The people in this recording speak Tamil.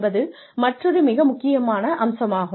என்பது மற்றொரு மிக முக்கிய அம்சமாகும்